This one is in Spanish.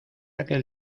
aquel